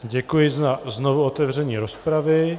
Děkuji za znovuotevření rozpravy.